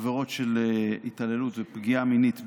עבירות של התעללות ופגיעה מינית בקטינים,